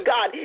God